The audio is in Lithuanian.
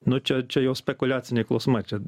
nu čia čia jau spekuliaciniai klausimai čua